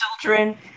children